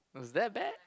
it was that bad